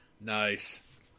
Nice